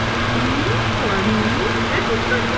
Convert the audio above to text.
tea for me. this for